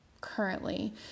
currently